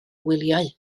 wyliau